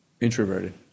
introverted